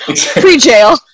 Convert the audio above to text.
Pre-jail